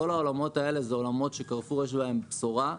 כל העולמות האלה הם עולמות שלקרפור יש בהם בשורה,